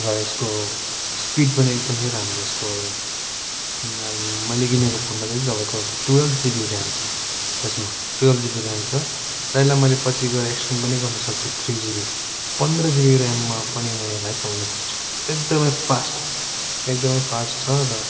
र यसको स्पिड पनि एकदमै राम्रो यसको मैले किनेको फोनमा चाहिँ तपाईँको टुएल्ब जिबी ऱ्याम छ यसमा टुएल्ब जिबी ऱ्याम छ र यसलाई मैले पछि गएर एक्सटेन्ड पनि गर्नु सक्छु थ्री जिबी पन्ध्र जिबी ऱ्याममा पनि म यसलाई चलाउन सक्छु एकदमै फास्ट एकदमै फास्ट छ र